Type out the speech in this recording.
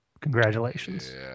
Congratulations